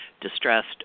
distressed